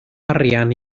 arian